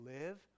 live